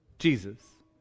Jesus